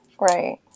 Right